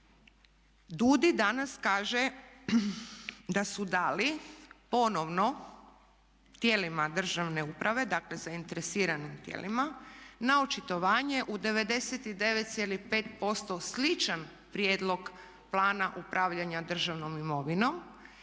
DUDI danas kaže da su dali ponovno tijelima državne uprave, dakle zainteresiranim tijelima na očitovanje u 99,5% sličan prijedlog plana upravljanja državnom imovinom.